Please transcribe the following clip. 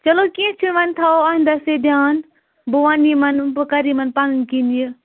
چلو کیٚنٛہہ چھُنہٕ وۄنۍ تھاوَو آینداہ سے دیان بہٕ وَنہٕ یِمَن بہٕ کَرٕ یِمَن پَنٕنۍ کِنۍ یہِ